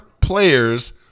players